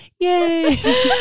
Yay